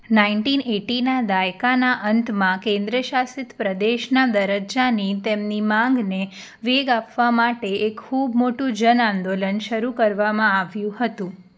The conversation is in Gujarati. નાઈન્ટીન એટીનના દાયકાના અંતમાં કેન્દ્રશાસિત પ્રદેશના દરજ્જાની તેમની માંગને વેગ આપવા માટે એક ખૂબ મોટું જનઆંદોલન શરૂ કરવામાં આવ્યું હતું